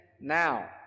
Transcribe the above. now